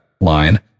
line